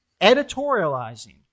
editorializing